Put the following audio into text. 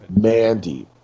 Mandy